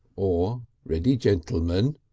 or ready, gentlemen.